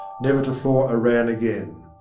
never to floor a rann again.